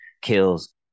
kills